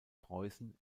preußen